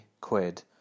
quid